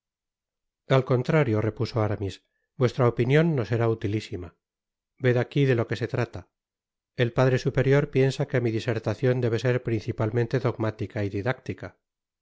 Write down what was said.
al contrario reposo aramis vuestra opinion nos será utilísima ved aquí de lo que se trata el padre superior piensa que mi disertacion debe ser principalmente dogmática y didáctica